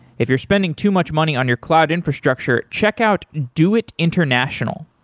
if you're spending too much money on your cloud infrastructure, check out doit international.